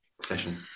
session